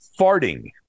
farting